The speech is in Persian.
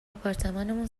آپارتمانمون